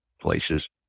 places